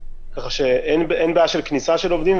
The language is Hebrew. כך שאין בעיה של כניסה של עובדים,